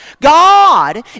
God